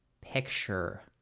picture